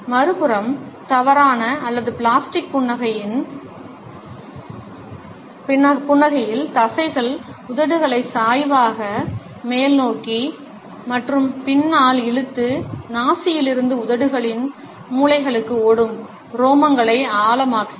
மறுபுறம் தவறான அல்லது பிளாஸ்டிக் புன்னகையில் தசைகள் உதடுகளை சாய்வாக மேல்நோக்கி மற்றும் பின்னால் இழுத்து நாசியிலிருந்து உதடுகளின் மூலைகளுக்கு ஓடும் உரோமங்களை ஆழமாக்குகின்றன